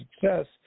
success